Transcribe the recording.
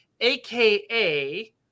aka